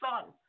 son